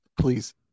please